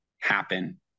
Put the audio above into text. happen